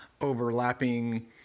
overlapping